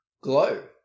glow